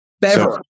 Bever